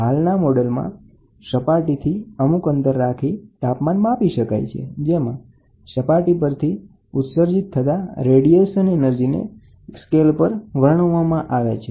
આધુનિક વપરાશમાં તે એક એવું ઉપકરણ છે જે અંતરથી સપાટીના તાપમાનને તેમાંથી નીકળતા થર્મલ રેડિયેશનના સ્પેક્ટ્રમથી નિર્ધારિત કરે છે